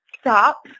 stop